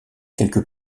quelques